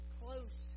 close